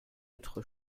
autre